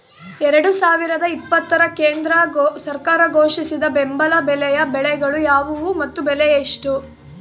ಎರಡು ಸಾವಿರದ ಇಪ್ಪತ್ತರ ಕೇಂದ್ರ ಸರ್ಕಾರ ಘೋಷಿಸಿದ ಬೆಂಬಲ ಬೆಲೆಯ ಬೆಳೆಗಳು ಯಾವುವು ಮತ್ತು ಬೆಲೆ ಎಷ್ಟು?